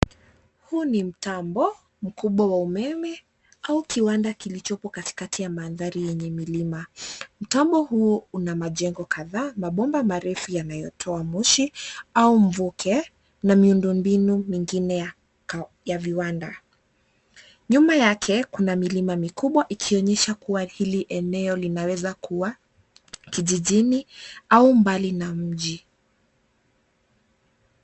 Huu ni mtambo mkubwa wa umeme au kiwanda kilichopo katikati ya mandhari yenye milima. Mtambo huo una majengo kadhaa mabomba marefu yanayotoa moshi au mvuke na miundombinu mingine ya viwanda. Nyuma yake kuna milima mikubwa ikionyesha kuwa hili eneo linaweza kuwa kijijini au mbali na mji.